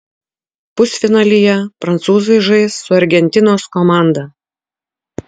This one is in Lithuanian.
pusfinalyje prancūzai žais su argentinos komanda